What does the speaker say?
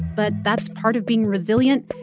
but that's part of being resilient,